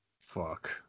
Fuck